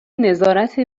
نظارت